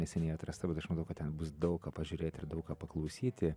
neseniai atrasta bet aš matau kad ten bus daug ką pažiūrėt ir daug ką paklausyti